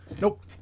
nope